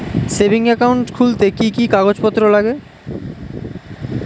Savings account খুলতে কি কি কাগজপত্র লাগে?